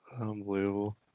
Unbelievable